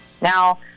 Now